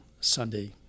Sunday